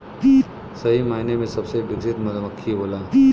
सही मायने में सबसे विकसित मधुमक्खी होला